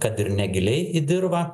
kad ir negiliai į dirvą